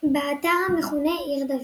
באתר המכונה עיר דוד.